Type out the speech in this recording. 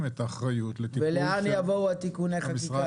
את האחריות לטיפול --- לאן יבואו תיקוני החקיקה האלה?